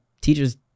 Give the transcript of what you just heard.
teachers